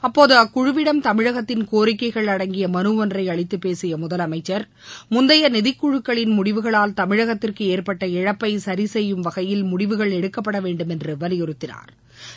அப்போது அக்குழுவிடம் தமிழகத்தின் கோரிக்கைகள் அடங்கிய மனு ஒன்றை அளித்து பேசிய முதலமைச்சி முந்தைய நிதிக்குழுக்களின் முடிவுகளால் தமிழகத்திற்கு ஏற்பட்ட இழப்பை சிி செய்யும் வகையில் முடிவுகள் எடுக்கப்பட வேண்டுமென்று வலியுறுத்தினாா்